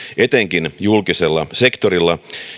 etenkin julkisella sektorilla